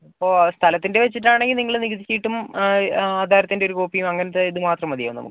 അപ്പം സ്ഥലത്തിൻ്റെ വെച്ചിട്ടാണെങ്കിൽ നിങ്ങള് നികുതി ചീട്ടും ആധാരത്തിൻ്റെ ഒരു കോപ്പിയും അങ്ങനത്തെ ഇതുമാത്രം മതിയാകും നമുക്ക്